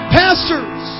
pastors